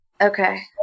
Okay